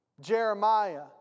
Jeremiah